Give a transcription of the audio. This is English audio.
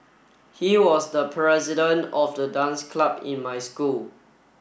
he was the president of the dance club in my school